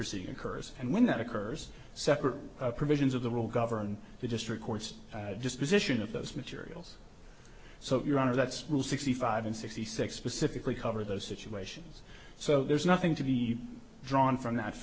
proceeding occurs and when that occurs separate provisions of the rule govern the district courts just position of those materials so your honor that's rule sixty five and sixty six specifically cover those situations so there's nothing to be drawn from that